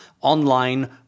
online